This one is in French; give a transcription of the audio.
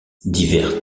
divers